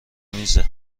میزه